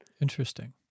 Interesting